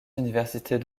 universités